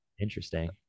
interesting